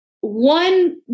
One